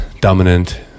dominant